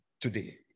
today